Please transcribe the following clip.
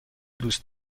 دوست